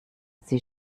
sie